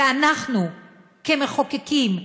ואנחנו כמחוקקים,